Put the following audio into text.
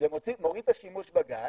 זה מוריד את השימוש בגז.